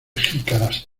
jicaras